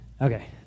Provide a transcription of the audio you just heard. Okay